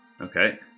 Okay